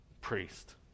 priest